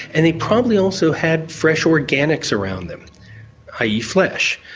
and they've probably also had fresh organics around them i. e. flesh,